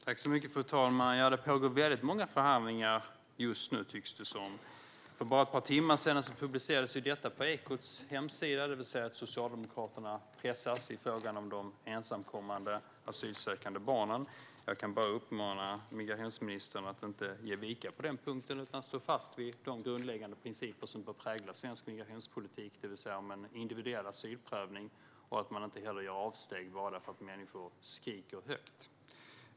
Fru talman! Det tycks pågå väldigt många förhandlingar just nu. För bara ett par timmar sedan publicerades en artikel på Ekots hemsida. I den står det att Socialdemokraterna pressas i fråga om de ensamkommande asylsökande barnen. Jag kan bara uppmana migrationsministern att inte ge vika på den punkten utan stå fast vid de grundläggande principer som bör prägla svensk migrationspolitik, det vill säga en individuell asylprövning. Man får heller inte göra avsteg bara för att människor skriker högt.